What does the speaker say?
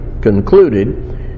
concluded